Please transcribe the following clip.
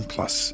Plus